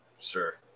Sure